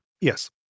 Yes